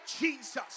Jesus